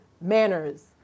manners